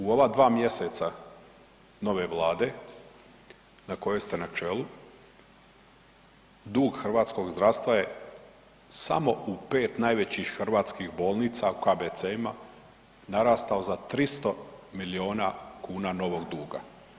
U ova 2 mj. nove Vlade na kojoj ste na čelu, dug hrvatskog zdravstva je samo u 5 najvećih hrvatskih bolnica, u KBC-ima, narastao za 300 milijuna kuna novog duga.